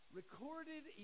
recorded